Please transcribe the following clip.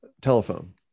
telephone